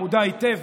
המודע היטב,